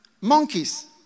monkeys